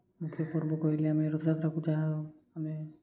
ମୁଖ୍ୟ ପର୍ବ କହିଲେ ଆମେ ରଥଯାତ୍ରାକୁ ବୁଝାଉ ଆମେ